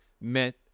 meant